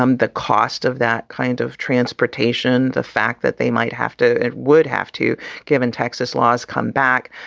um the cost of that kind of transportation, the fact that they might have to. it would have to given texas laws come back,